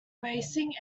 racing